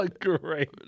Great